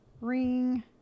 ring